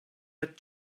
read